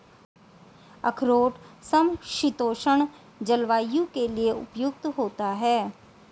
अखरोट समशीतोष्ण जलवायु के लिए उपयुक्त होता है